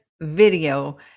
video